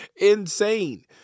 insane